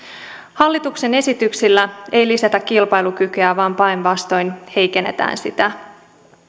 hallituksen esityksillä ei lisätä kilpailukykyä vaan päinvastoin heikennetään sitä